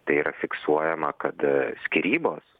tai yra fiksuojama kad skyrybos